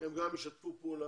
הם גם ישתפו פעולה,